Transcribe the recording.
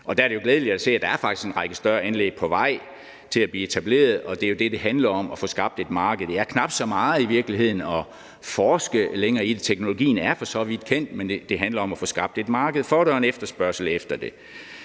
Der er det jo glædeligt at se, at der faktisk er en række større anlæg på vej til at blive etableret, og det er jo det, det handler om, altså at få skabt et marked. Det handler i virkeligheden knap så meget om at forske længere i det – teknologien er for så vidt kendt – men det handler om at få skabt et marked for det og en efterspørgsel efter det.